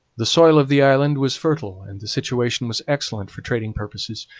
the soil of the island was fertile and the situation was excellent for trading purposes,